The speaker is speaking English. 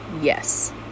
Yes